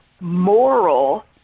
moral